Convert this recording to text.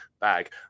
bag